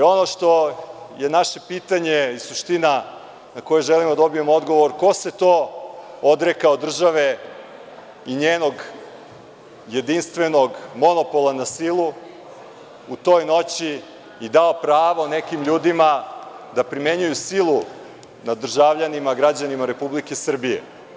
Ono što je naše pitanje i suština na koje želimo da dobijemo odgovor, ko se to odrekao države i njenog jedinstvenog monopola na silu u toj noći i dao pravo nekim ljudima da primenjuju silu nad državljanima, građanima Republike Srbije?